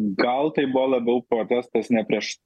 gal tai buvo labiau protestas ne prieš